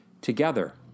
together